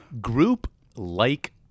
Group-like